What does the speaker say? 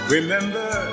Remember